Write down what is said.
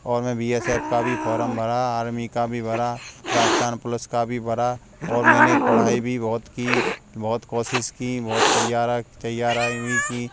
और मैं B S F का भी फॉरम भरा आर्मी का भी भरा राजस्थान पुलिस का भी भरा और मैंने पढ़ाई भी बहुत की बहुत कोशिश की बहुत तैयारा तैयारी की